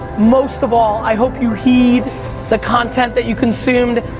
most of all, i hope you heed the content that you consumed,